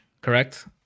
correct